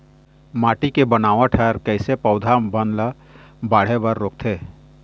माटी के बनावट हर कइसे पौधा बन ला बाढ़े बर रोकथे?